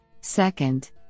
Second